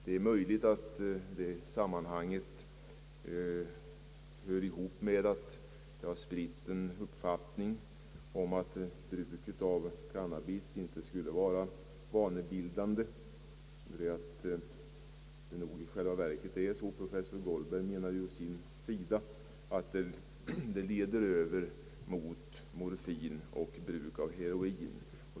Det är möjligt att detta hör ihop med att det har spritts en uppfattning om att bruket av cannabis inte skulle vara vanebildande. Professor Goldberg menar dock att det leder över mot bruk av morfin och heroin.